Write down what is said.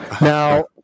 Now